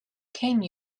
came